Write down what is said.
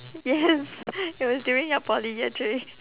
yes it was during your poly year three